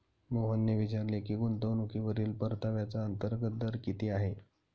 मोहनने विचारले की गुंतवणूकीवरील परताव्याचा अंतर्गत दर किती आहे?